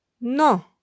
No